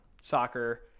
soccer